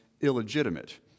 illegitimate